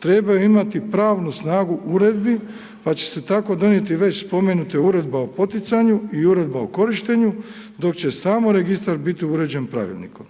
trebaju imati pravnu snagu uredbi pa će se tako donijeti već spomenuta uredba o poticanju i uredba o korištenju dok će samo registar biti uređen pravilnikom.